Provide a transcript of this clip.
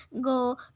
go